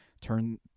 turn